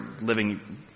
living